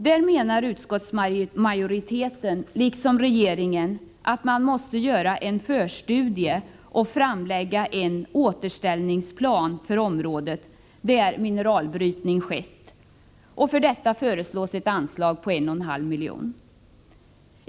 Här menar utskottsmajoriteten, liksom regeringen, att man måste göra en förstudie och framlägga en återställningsplan för det område där mineralbrytning har skett. För detta ändamål föreslås ett anslag på 1,5 milj.kr.